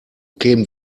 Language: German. kämen